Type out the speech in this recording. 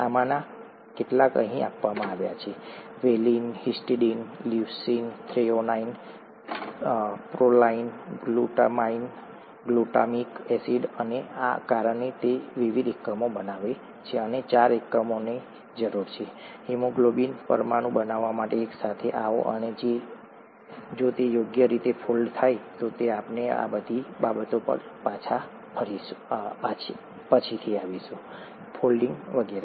આમાંના કેટલાક અહીં આપવામાં આવ્યા છે valine histidine leucine threonine proline glutamine glutamic acid અને આ કારણે તે વિવિધ એકમો બનાવે છે અને ચાર એકમોની જરૂર છે હિમોગ્લોબિન પરમાણુ બનાવવા માટે એકસાથે આવો અને જો તે યોગ્ય રીતે ફોલ્ડ થાય તો આપણે આ બધી બાબતો પર પછીથી આવીશું ફોલ્ડિંગ વગેરે